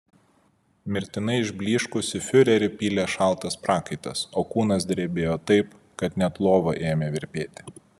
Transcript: mirtinai išblyškusį fiurerį pylė šaltas prakaitas o kūnas drebėjo taip kad net lova ėmė virpėti